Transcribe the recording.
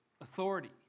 authority